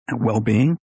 well-being